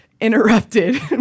Interrupted